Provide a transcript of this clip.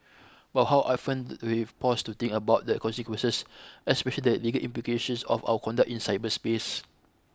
but how often do we pause to think about the consequences especial the legal implications of our conduct in cyberspace